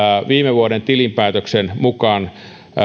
viime vuoden tilinpäätöksen mukaan